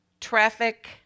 Traffic